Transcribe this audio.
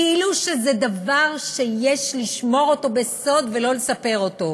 כאילו זה דבר שיש לשמור אותו בסוד ולא לספר אותו.